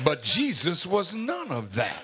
but jesus was none of that